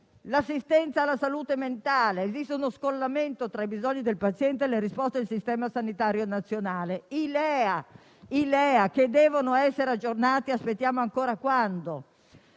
L'assistenza alla salute mentale: esiste uno scollamento tra i bisogni del paziente e le risposte del Sistema sanitario nazionale. I LEA devono essere aggiornati e aspettiamo ancora di